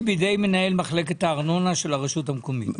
בידי מנהל מחלקת הארנונה של הרשות המקומית.